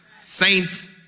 Saints